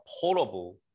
portable